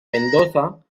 mendoza